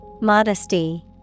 Modesty